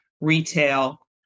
retail